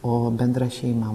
o bendra šeima